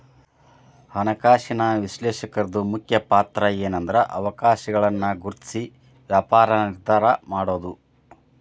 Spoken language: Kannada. ಹಣಕಾಸಿನ ವಿಶ್ಲೇಷಕರ್ದು ಮುಖ್ಯ ಪಾತ್ರಏನ್ಂದ್ರ ಅವಕಾಶಗಳನ್ನ ಗುರ್ತ್ಸಿ ವ್ಯಾಪಾರ ನಿರ್ಧಾರಾ ಮಾಡೊದು